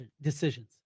decisions